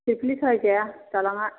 फिरफिलि सालायजाया दालाङा